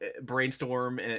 brainstorm